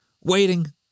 Waiting